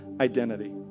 identity